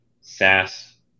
SaaS